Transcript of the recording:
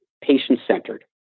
patient-centered